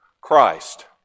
Christ